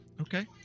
Okay